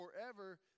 forever